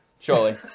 Surely